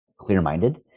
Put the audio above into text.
clear-minded